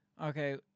Okay